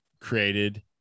created